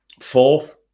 fourth